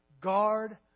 Guard